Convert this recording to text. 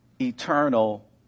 eternal